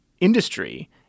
industry